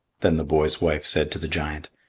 then the boy's wife said to the giant,